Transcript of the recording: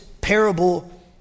parable